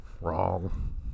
wrong